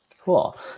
Cool